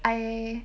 I